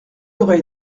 aurait